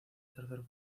tercer